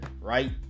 right